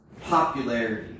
popularity